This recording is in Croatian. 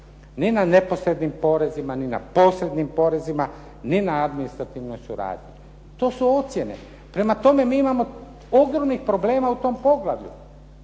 Ni na neposrednim porezima, ni na posrednim porezima, ni na administrativnoj suradnji. To su ocjene, prema tome mi imamo ogromnih problema u tom poglavlju.